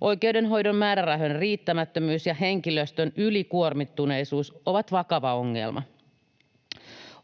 Oikeudenhoidon määrärahojen riittämättömyys ja henkilöstön ylikuormittuneisuus ovat vakava ongelma.